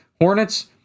Hornets